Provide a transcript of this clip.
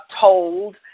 told